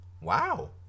Wow